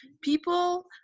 people